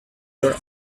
your